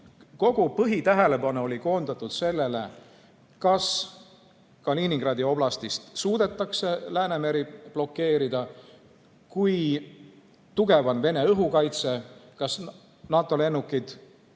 Kogu põhitähelepanu oli koondatud sellele, kas Kaliningradi oblastis suudetakse Läänemeri blokeerida, kui tugev on Vene õhukaitse, kas NATO lennukid